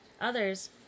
Others